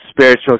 spiritual